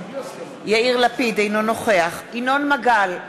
אינו נוכח ינון מגל,